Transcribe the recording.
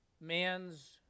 man's